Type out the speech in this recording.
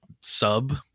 sub